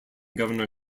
governor